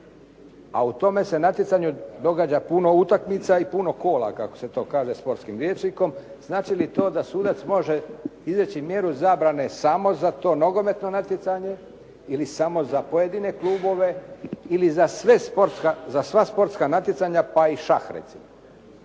a u tome se natjecanju događa puno utakmica i puno kola kako se to kaže sportskim rječnikom, znači li to da sudac može izreći mjeru zabrane samo za to nogometno natjecanje ili samo za pojedine klubove ili za sva sportska natjecanja, pa i šah recimo.